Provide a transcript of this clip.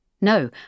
no